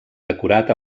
decorat